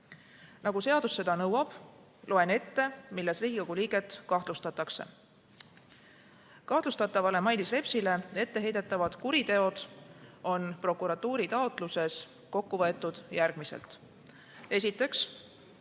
seadus seda nõuab, loen ette, milles Riigikogu liiget kahtlustatakse. Kahtlustatavale Mailis Repsile etteheidetavad kuriteod on prokuratuuri taotluses kokku võetud järgmiselt. Esiteks,